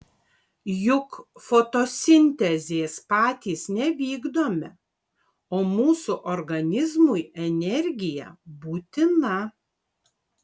juk fotosintezės patys nevykdome o mūsų organizmui energija būtina